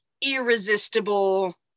irresistible